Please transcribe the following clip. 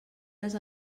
les